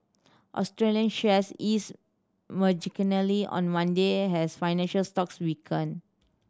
Australian shares eased marginally on Monday has financial stocks weakened